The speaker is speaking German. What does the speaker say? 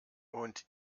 und